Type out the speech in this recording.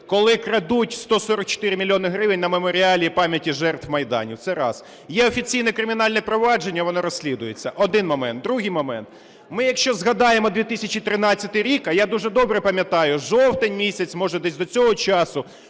коли крадуть 144 мільйони гривень на Меморіалі пам'яті жертв Майдану. Це раз. Є офіційне кримінальне провадження, воно розслідується. Один момент. Другий момент. Ми, якщо згадаємо 2013 рік, а я дуже добре пам'ятаю, жовтень місяць, може, десь до цього часу,